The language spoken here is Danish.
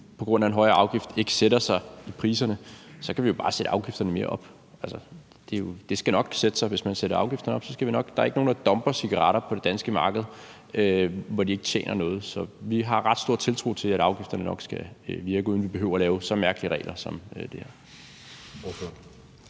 på grund af en højere afgift ikke sætter sig i priserne, kan vi jo bare sætte afgifterne yderligere op. Altså, det skal nok sætte sig, hvis man sætter afgifterne op. Der er ikke nogen, der dumper cigaretter på det danske marked, hvor de ikke tjener noget. Så vi har ret stor tiltro til, at afgifterne nok skal virke, uden at vi behøver lave så mærkelige regler som det her.